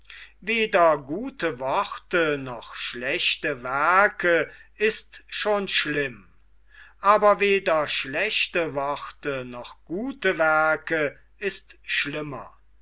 weder gute worte noch schlechte werke ist schon schlimm aber weder schlechte worte noch gute werke ist schlimmer